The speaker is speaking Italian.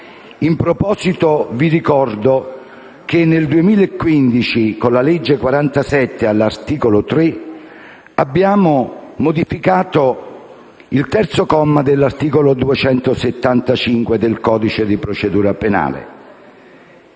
In proposito vi ricordo che nel 2015, con la legge n. 47, all'articolo 3 abbiamo modificato il terzo comma dell'articolo n. 275 del codice di procedura penale,